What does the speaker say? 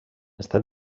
està